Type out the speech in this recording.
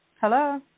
Hello